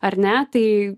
ar ne tai